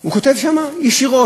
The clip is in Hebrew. הוא כותב שם ישירות.